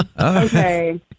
Okay